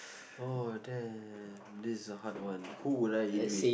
oh damn this is a hard one who would I eat with